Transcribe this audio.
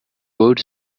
road